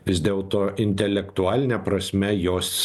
vis dėlto intelektualine prasme jos